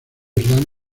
islam